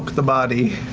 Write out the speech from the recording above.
the body.